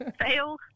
fail